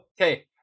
Okay